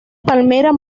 palmera